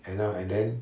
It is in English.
you know and then